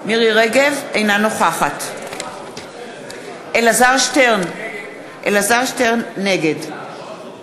אינה נוכחת אלעזר שטרן, נגד